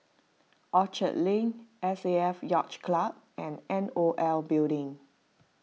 Orchard Link S A F Yacht Club and N O L Building